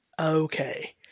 okay